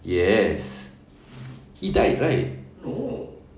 yes he died right